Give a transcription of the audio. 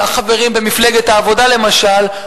לחברים במפלגת העבודה למשל,